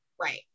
Right